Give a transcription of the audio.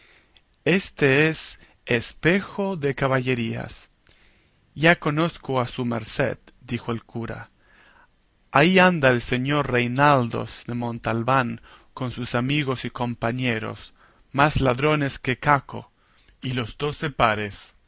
éste es espejo de caballerías ya conozco a su merced dijo el cura ahí anda el señor reinaldos de montalbán con sus amigos y compañeros más ladrones que caco y los doce pares